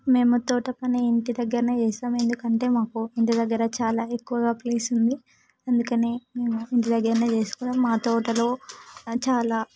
మేము తోటపని ఇంటి దగ్గరనే చేస్తాం ఎందుకంటే మాకు ఇంటి దగ్గర చాలా ఎక్కువగా ప్లేస్ ఉంది అందుకనే మేము ఇంటిదెగ్గనే చేసుకుంటాం మా తోటలో చాలా